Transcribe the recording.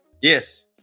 Yes